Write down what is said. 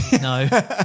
No